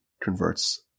converts